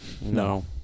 No